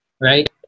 right